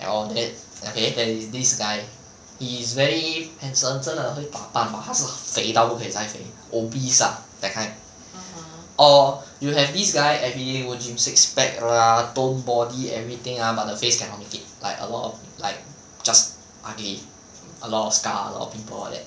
and all that and okay then there is this guy he is very handsome 真的会打扮吗他是肥到不可以再肥 obese lah that kind or you have this guy everyday go gym six pack lah tone body everything ah but the face cannot make it like a lot of like just ugly a lot of scar lor a lot of pimple all that